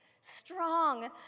Strong